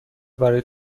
برای